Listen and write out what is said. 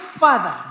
father